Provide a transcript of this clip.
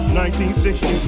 1960